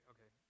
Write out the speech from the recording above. Okay